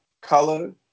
color